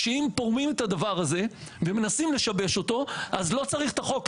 שהם תורמים את הדבר הזה ומנסים לשבש אותו אז לא צריך את החוק.